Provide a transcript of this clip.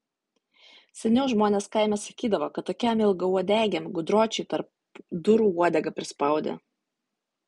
seniau žmonės kaime sakydavo kad tokiam ilgauodegiam gudročiui tarp durų uodegą prispaudė